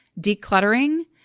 Decluttering